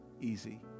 easy